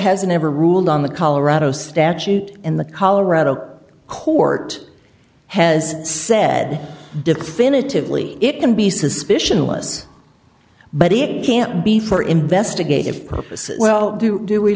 has never ruled on the colorado statute in the colorado court has said definitively it can be suspicious but it can't be for investigative purposes well do